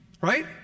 Right